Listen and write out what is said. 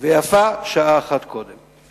ויפה שעה אחת קודם.